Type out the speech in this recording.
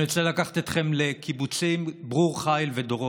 אני רוצה לקחת אתכם לקיבוצים ברור חיל ודורות.